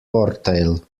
vorteil